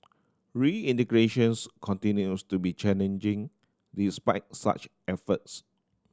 reintegration continues to be challenging despite such efforts